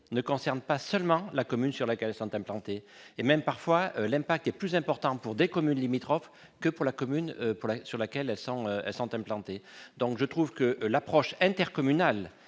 ne concerne pas seulement la commune sur laquelle sont implantés et même parfois l'impact est plus important pour des communes limitrophes que pour la commune pour la sur laquelle elle sans centaines plantées, donc je trouve que l'approche intercommunal